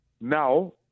Now